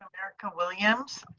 erika williams.